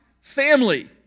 family